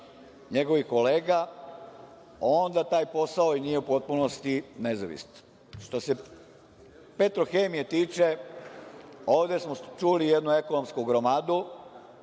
njegovih kolega, e, onda taj posao i nije u potpunosti nezavistan. Što se „Petrohemije“ tiče ovde smo čuli jednu ekonomsku gromadu,